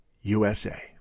USA